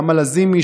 נעמה לזימי,